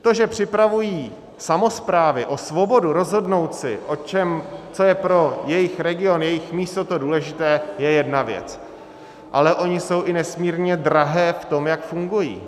To, že připravují samosprávu o svobodu rozhodnout si, co je pro jejich region, jejich místo to důležité, je jedna věc, ale ony jsou i nesmírně drahé v tom, jak fungují.